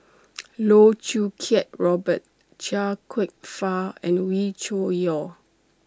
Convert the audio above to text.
Loh Choo Kiat Robert Chia Kwek Fah and Wee Cho Yaw